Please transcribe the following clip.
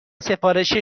سفارش